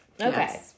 Okay